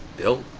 bill,